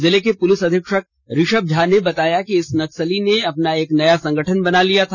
जिले के पुलिस अधीक्षक ऋषभ झा ने बताया कि इस नक्सली ने अपना एक नया संगठन बना लिया था